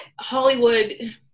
Hollywood